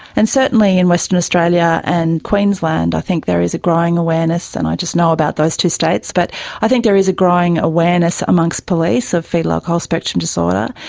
and certainly in western australia and queensland i think there is a growing awareness, and i just know about those two states, but i think there is a growing awareness amongst police of foetal alcohol spectrum disorder.